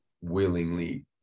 willingly